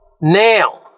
now